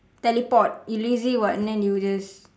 teleport you lazy [what] and then you just